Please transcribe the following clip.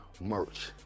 merch